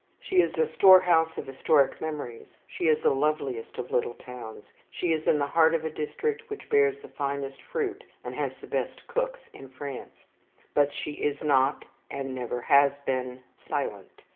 she is a storehouse of historic memories, she is the loveliest of little towns, she is in the heart of a district which bears the finest fruit and has the best cooks in france but she is not, and never has been, silent,